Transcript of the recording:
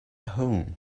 home